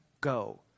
go